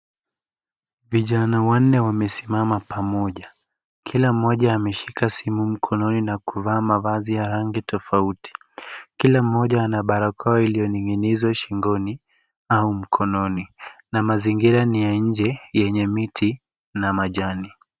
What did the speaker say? Vijana wanne wamesimama pamoja, kila mmoja ameshika simu mkononi na kuvaa mavazi ya rangi tofauti. Kila mmoja ana barakoa ilioning'inizwa shingoni au mkononi na mazingira ni ya nje yenye miti na majani.